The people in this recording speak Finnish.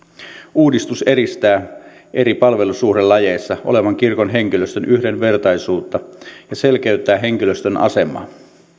uudistus edistää eri palvelussuhdelajeissa olevan kirkon henkilöstön yhdenvertaisuutta ja selkeyttää henkilöstön asemaa